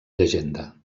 llegenda